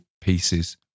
pieces